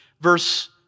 verse